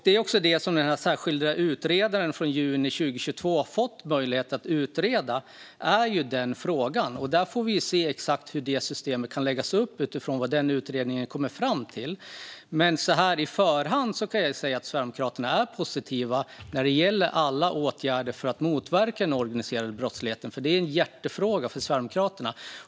Det är också den frågan som den särskilda utredaren från juni 2022 fått möjlighet att utreda. Vi får se exakt hur det systemet kan läggas upp utifrån vad den utredningen kommer fram till. Så här i förhand kan jag säga att Sverigedemokraterna är positiva när det gäller alla åtgärder för att motverka den organiserade brottsligheten. Det är en hjärtefråga för Sverigedemokraterna.